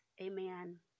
Amen